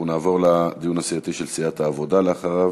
אנחנו נעבור לדיון הסיעתי של סיעת העבודה לאחריו,